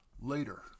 later